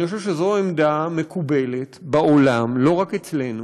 אני חושב שזו עמדה מקובלת בעולם, לא רק אצלנו,